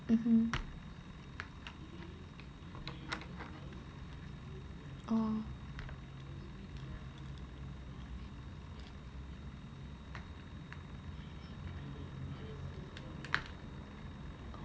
mmhmm orh